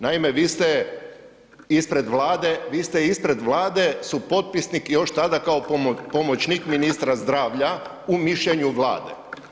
Naime, vi ste ispred Vlade, vi ste ispred Vlade supotpisnik još tada kao pomoćnik ministra zdravlja u mišljenju Vlade.